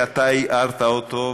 שאתה הארת אותו,